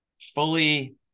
fully